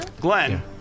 Glenn